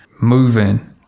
moving